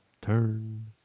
turn